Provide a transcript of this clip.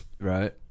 Right